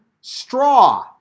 straw